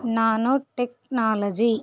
nano technology